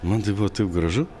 man tai buvo taip gražu